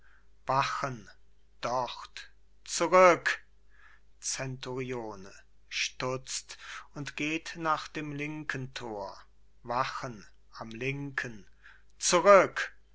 wachen dort zurück zenturione stutzt und geht nach dem linken tor wachen am linken zurück